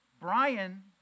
Brian